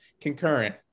concurrent